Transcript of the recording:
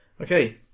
Okay